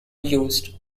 used